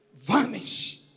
vanish